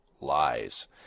lies